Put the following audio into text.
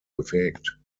bewegt